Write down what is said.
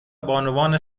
بانوان